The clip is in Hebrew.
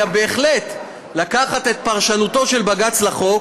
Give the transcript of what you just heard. אלא בהחלט לקחת את פרשנותו של בג"ץ לחוק